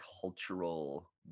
cultural